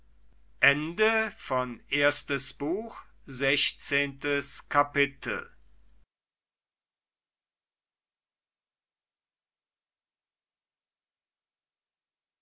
erstes buch erstes kapitel